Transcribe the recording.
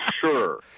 sure